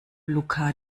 luca